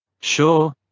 Sure